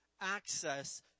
access